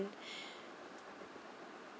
mm